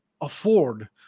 afford